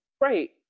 Right